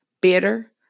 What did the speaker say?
bitter